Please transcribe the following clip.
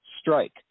strike